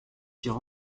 sur